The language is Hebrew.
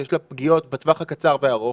שיש לה פגיעות בטווח הקצר ובטווח הארוך,